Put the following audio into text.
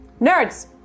Nerds